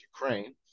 Ukraine